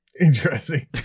Interesting